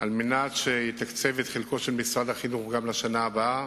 כדי לתקצב את חלקו של משרד החינוך גם לשנה הבאה.